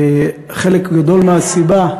חלק גדול מהסיבה,